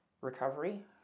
recovery